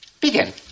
Begin